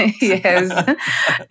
Yes